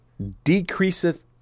decreaseth